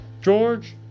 George